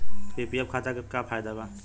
PPF खाता के का फायदा बा?